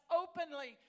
openly